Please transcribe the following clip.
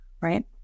right